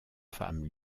femme